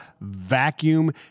vacuum